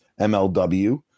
MLW